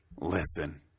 Listen